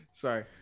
Sorry